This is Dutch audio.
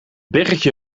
biggetje